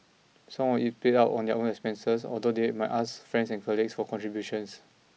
some of it paid out of their own expenses although they my ask friends and colleagues for contributions